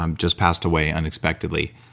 um just passed away unexpectedly.